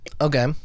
Okay